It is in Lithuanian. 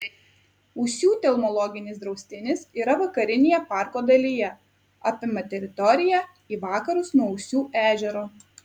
ūsių telmologinis draustinis yra vakarinėje parko dalyje apima teritoriją į vakarus nuo ūsių ežero